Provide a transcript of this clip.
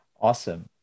Awesome